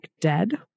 dead